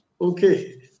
Okay